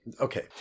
Okay